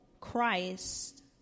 Christ